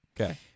okay